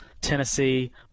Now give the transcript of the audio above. Tennessee